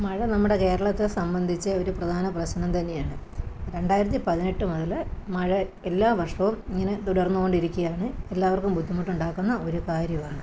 മഴ നമ്മുടെ കേരളത്തെ സംബന്ധിച്ച് ഒരു പ്രധാന പ്രശ്നം തന്നെയാണ് രണ്ടായിരത്തി പതിനെട്ട് മുതൽ മഴ എല്ലാ വർഷവും ഇങ്ങനെ തുടർന്നു കൊണ്ടിരിക്കുകയാണ് എല്ലാവർക്കും ബുദ്ധിമുട്ടുണ്ടാക്കുന്ന ഒരു കാര്യമാണ്